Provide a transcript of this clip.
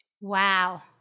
Wow